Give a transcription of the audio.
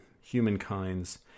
humankind's